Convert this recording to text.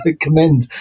Commend